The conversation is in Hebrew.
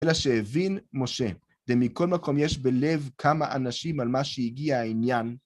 אלא שהבין, משה, זה מכל מקום יש בלב כמה אנשים על מה שהגיע העניין.